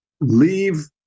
leave